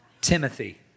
Timothy